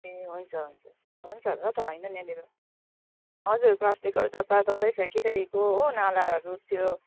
ए हुन्छ हुन्छ हुन्छ र त होइन नि मेरो हजुर प्लास्टिकहरू जताततै फ्याँकिरहेको हो नालाहरू त्यो